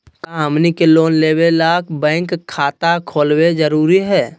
का हमनी के लोन लेबे ला बैंक खाता खोलबे जरुरी हई?